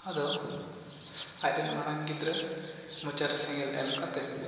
ᱟᱫᱚ ᱟᱡ ᱨᱮᱱ ᱢᱟᱨᱟᱝ ᱜᱤᱫᱽᱨᱟᱹ ᱢᱚᱪᱟ ᱨᱮ ᱥᱮᱸᱜᱮᱞ ᱮᱢ ᱠᱟᱛᱮ